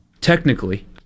Technically